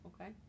okay